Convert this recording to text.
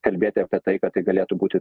kalbėti apie tai kad tai galėtų būti